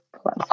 Plus